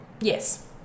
Yes